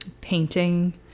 painting